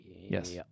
Yes